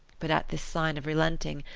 but at this sign of relenting,